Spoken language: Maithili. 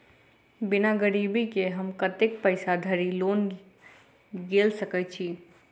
बिना गिरबी केँ हम कतेक पैसा धरि लोन गेल सकैत छी?